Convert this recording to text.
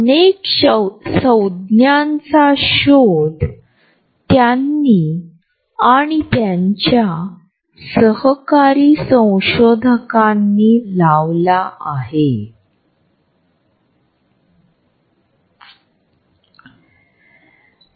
हा शब्द त्यांनी १९६३ मध्ये द हिडन डायमेंशन या शीर्षकासह आपल्या पुस्तकात वापरला होता